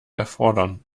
erfordern